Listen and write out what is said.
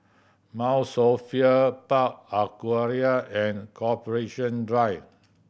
Mount Sophia Park Aquaria and Corporation Drive